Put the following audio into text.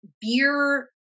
beer